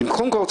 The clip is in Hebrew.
אני רוצה